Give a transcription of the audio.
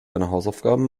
hausaufgaben